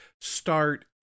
start